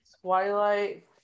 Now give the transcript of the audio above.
Twilight